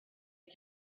had